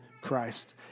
Christ